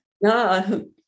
No